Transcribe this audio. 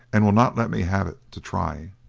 and will not let me have it to try.